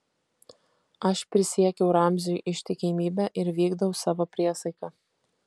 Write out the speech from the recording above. aš prisiekiau ramziui ištikimybę ir vykdau savo priesaiką